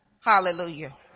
Hallelujah